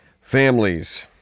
families